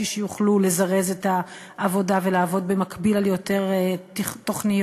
כדי שיוכלו לזרז את העבודה ולעבוד במקביל על יותר תוכניות,